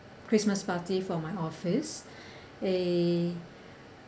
christmas party for my office eh